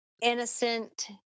innocent